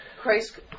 Christ